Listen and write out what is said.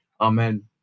Amen